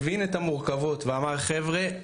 הבין את המורכבות ואמר חבר'ה,